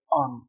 on